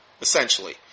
essentially